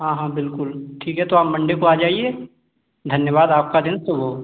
हाँ हाँ बिल्कुल ठीक है तो आप मंडे को आ जाइए धन्यवाद आपका दिन शुभ हो